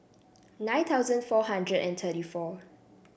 nine thousand four hundred and thirty four